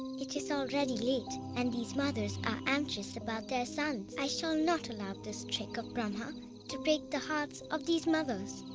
it is already late, and these mothers are anxious about their sons. i shall not allow this trick of brahma to break the hearts of these mothers.